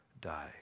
die